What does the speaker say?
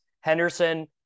Henderson